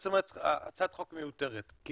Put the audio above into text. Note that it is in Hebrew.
את בעצם אומרת שהצעת החוק מיותרת כי